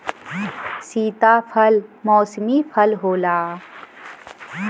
सीताफल मौसमी फल होला